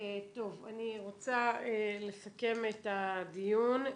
טוב, אני רוצה לסכם את הדיון.